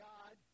God